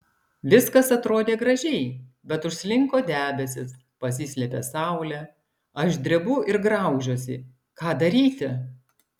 viskas atrodė gražiai bet užslinko debesys pasislėpė saulė aš drebu ir graužiuosi ką daryti